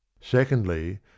Secondly